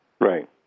Right